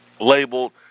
labeled